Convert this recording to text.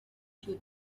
you